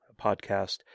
podcast